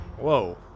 Whoa